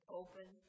open